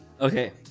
Okay